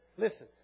Listen